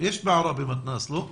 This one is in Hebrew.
יש בעראבה מתנ"ס, לא?